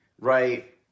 right